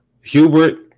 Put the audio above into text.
hubert